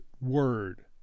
word